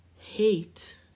hate